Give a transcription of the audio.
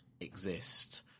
exist